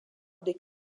des